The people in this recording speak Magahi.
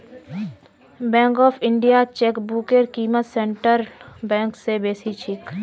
बैंक ऑफ इंडियात चेकबुकेर क़ीमत सेंट्रल बैंक स बेसी छेक